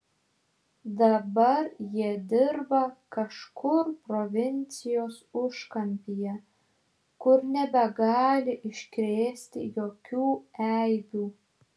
dabar jie dirba kažkur provincijos užkampyje kur nebegali iškrėsti jokių eibių